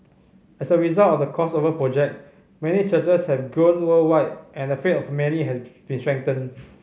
as a result of the Crossover Project many churches have grown worldwide and the faith of many has been strengthened